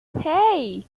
hey